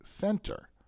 center